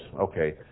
okay